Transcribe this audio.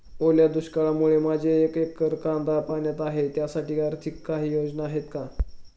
ओल्या दुष्काळामुळे माझे एक एकर कांदा पाण्यात आहे त्यासाठी काही आर्थिक योजना आहेत का?